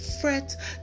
fret